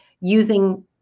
using